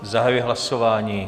Zahajuji hlasování.